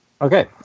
Okay